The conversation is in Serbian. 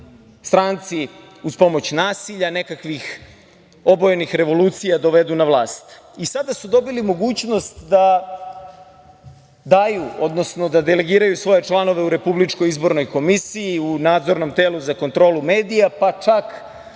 stranci uz pomoć nasilja nekakvih obojenih revolucija dovedu na vlast. Sada su dobili mogućnost da daju, odnosno da delegiraju svoje članove u RIK-u, u nadzornom telu za kontrolu medija, pa čak,